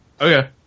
Okay